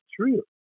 true